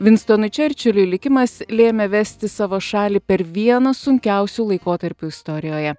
vinstonui čerčiliui likimas lėmė vesti savo šalį per vieną sunkiausių laikotarpių istorijoje